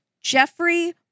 Jeffrey